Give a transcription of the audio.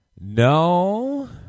No